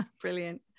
Brilliant